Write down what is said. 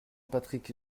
patrick